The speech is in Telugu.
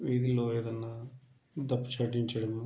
వీధుల్లో ఏదన్నా డప్పు చాటించడము